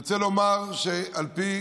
אני רוצה לומר שעל פי